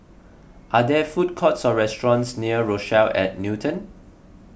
are there food courts or restaurants near Rochelle at Newton